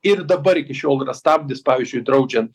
ir dabar iki šiol yra stabdis pavyzdžiui draudžiant